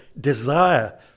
desire